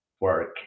work